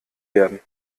werden